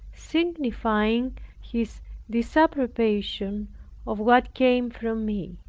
signifying his disapprobation of what came from me,